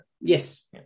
Yes